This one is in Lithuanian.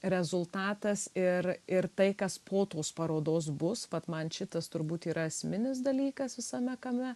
rezultatas ir ir tai kas po tos parodos bus vat man šitas turbūt yra esminis dalykas visame kame